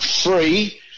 free